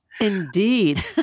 Indeed